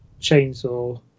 chainsaw